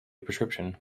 prescription